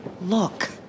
Look